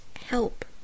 help